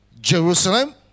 Jerusalem